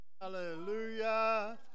Hallelujah